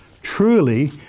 truly